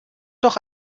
doch